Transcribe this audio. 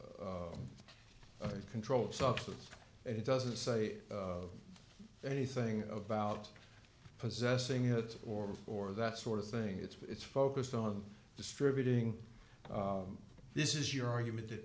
a controlled substance and it doesn't say anything about possessing it or for that sort of thing it's focused on distributing this is your argument that